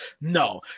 No